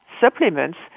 supplements